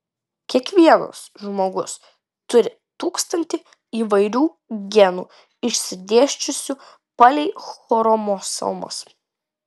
kiekvienas žmogus turi tūkstantį įvairių genų išsidėsčiusių palei chromosomas